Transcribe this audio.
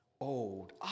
old